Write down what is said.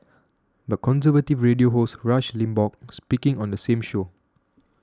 but conservative radio host Rush Limbaugh speaking on the same show